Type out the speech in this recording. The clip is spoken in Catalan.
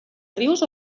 rius